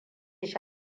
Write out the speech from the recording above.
shi